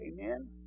Amen